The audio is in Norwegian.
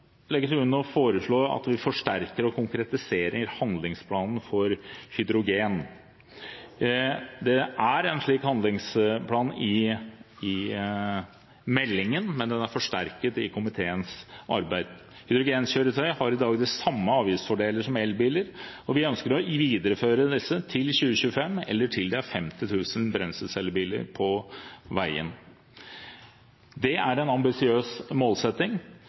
foreslå at vi forsterker og konkretiserer handlingsplanen for hydrogen. Det er en slik handlingsplan i meldingen, men den er forsterket i komiteens arbeid. Hydrogenkjøretøy har i dag de samme avgiftsfordelene som elbiler, og vi ønsker å videreføre disse til 2025 eller til det er 50 000 brenselscellebiler på veien. Det er en ambisiøs målsetting,